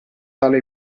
tale